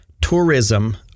tourism